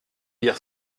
hier